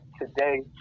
today